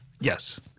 Yes